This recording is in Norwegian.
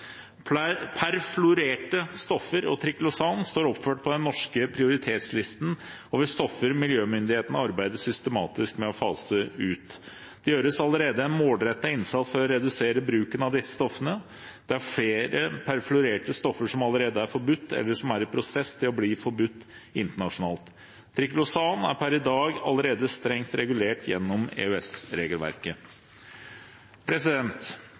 internasjonalt. Perfluorerte stoffer og triclosan står oppført på den norske prioritetslisten over stoffer miljømyndighetene arbeider systematisk med å fase ut. Det gjøres allerede en målrettet innsats for å redusere bruken av disse stoffene. Det er flere perfluorerte stoffer som allerede er forbudt, eller som er i prosess til å bli forbudt internasjonalt. Triclosan er per i dag allerede strengt regulert gjennom